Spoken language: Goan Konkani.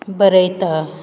बरयता